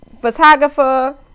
photographer